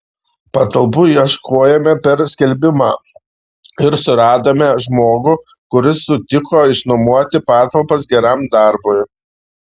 patalpų ieškojome per skelbimą ir suradome žmogų kuris sutiko išnuomoti patalpas geram darbui